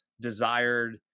desired